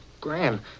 Graham